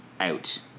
out